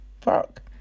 fuck